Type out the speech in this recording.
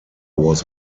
was